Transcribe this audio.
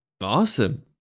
Awesome